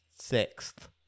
sixth